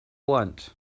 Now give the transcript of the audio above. want